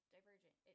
Divergent